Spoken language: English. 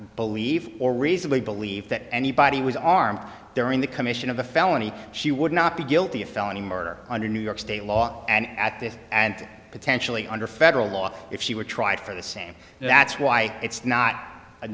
believe or reasonably believe that anybody was armed during the commission of a felony she would not be guilty of felony murder under new york state law and at this and potentially under federal law if she were tried for the same that's why it's not a